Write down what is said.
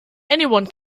anyone